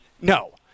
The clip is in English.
No